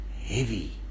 heavy